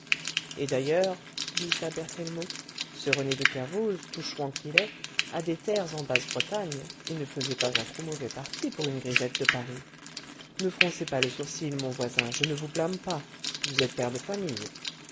et d'ailleurs glissa berthellemot ce rené de kervoz tout chouan qu'il est a des terres en basse bretagne et ne faisait pas un trop mauvais parti pour une grisette de paris ne froncez pas le sourcil mon voisin je ne vous blâme pas vous êtes père de famille